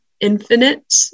infinite